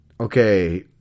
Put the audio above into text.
Okay